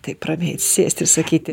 taip ramiai atsisėsti ir sakyti